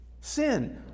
Sin